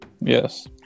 Yes